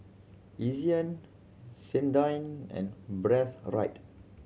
Ezion Sensodyne and Breathe Right